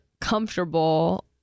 comfortable